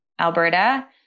Alberta